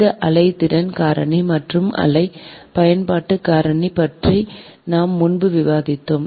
இந்த ஆலை திறன் காரணி மற்றும் ஆலை பயன்பாட்டு காரணி பற்றி நாம் முன்பு விவாதித்தோம்